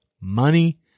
money